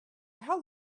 how